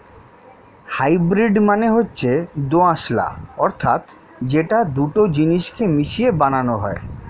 hybrid মানে হচ্ছে দোআঁশলা অর্থাৎ যেটা দুটো জিনিস কে মিশিয়ে বানানো হয়